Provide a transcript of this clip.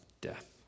death